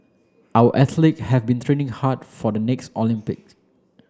our athlete have been training hard for the next Olympics